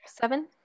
Seven